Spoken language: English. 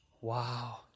Wow